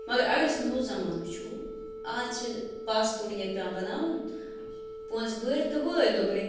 مگر اَگر أسۍ نوٚو زمانہٕ وُچھو اَز چھِ پاسپوٹٕے یٲتۍ پٮ۪وان بَناوُن پۅنٛسہٕ بٔرۍ تہٕ وٲتۍ دُبے